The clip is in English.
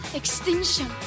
extinction